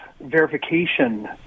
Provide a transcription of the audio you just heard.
verification